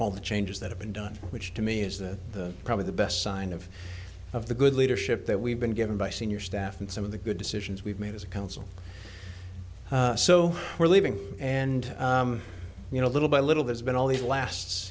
all the changes that have been done which to me is that the probably the best sign of of the good leadership that we've been given by senior staff and some of the good decisions we've made as a council so we're leaving and you know little by little there's been